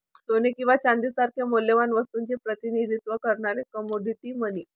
सोने किंवा चांदी सारख्या मौल्यवान वस्तूचे प्रतिनिधित्व करणारे कमोडिटी मनी